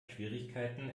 schwierigkeiten